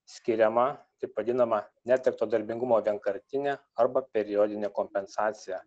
skiriama taip vadinama netekto darbingumo vienkartinė arba periodinė kompensacija